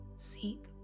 Seek